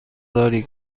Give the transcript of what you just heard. داری